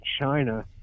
China